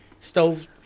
stove